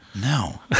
No